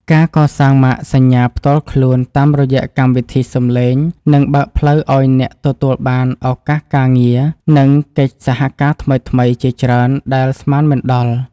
ការកសាងម៉ាកសញ្ញាផ្ទាល់ខ្លួនតាមរយៈកម្មវិធីសំឡេងនឹងបើកផ្លូវឱ្យអ្នកទទួលបានឱកាសការងារ និងកិច្ចសហការថ្មីៗជាច្រើនដែលស្មានមិនដល់។